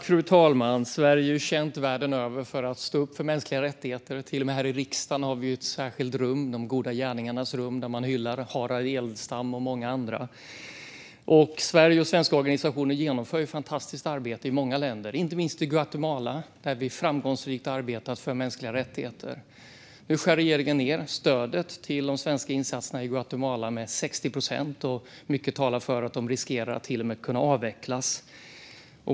Fru talman! Sverige är ju känt världen över för att stå upp för mänskliga rättigheter. Här i riksdagen finns till och med ett särskilt rum, De goda gärningarnas rum, där man hyllar Harald Edelstam och många andra. Sverige och svenska organisationer genomför fantastiskt arbete i många länder, inte minst i Guatemala där vi framgångsrikt har arbetat för mänskliga rättigheter. Nu skär regeringen ned på stödet till de svenska insatserna i Guatemala med 60 procent, och mycket talar för att det finns risk för att de avvecklas.